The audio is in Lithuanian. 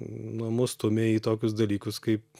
na mus stumia į tokius dalykus kaip